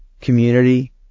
community